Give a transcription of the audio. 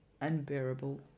unbearable